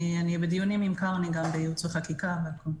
אני בדיונים עם קרני גם בייעוץ וחקיקה והכול.